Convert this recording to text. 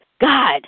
God